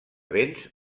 béns